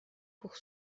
pour